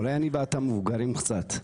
אולי אני ואתה מבוגרים קצת,